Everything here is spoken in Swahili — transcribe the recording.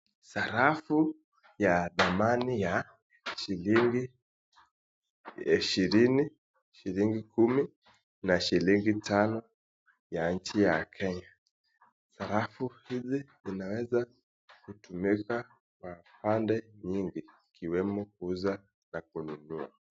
Sarafu ya thamani ya shilingi ishiri, shilingi kumi na shilingi tano ya nchi ya kenya. Sarafu hizi zinaweza kutumika kwa pande nyingi ikiwemo kuuza na kununua.